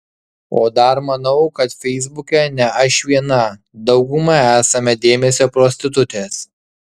o dar manau kad feisbuke ne aš viena dauguma esame dėmesio prostitutės